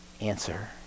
answer